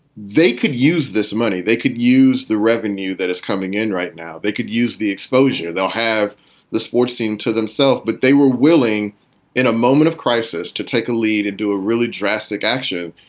they could use this money. they could use the revenue that is coming in right now. they could use the exposure. they'll have the sports team to themselves. but they were willing in a moment of crisis to take a lead into a really drastic action.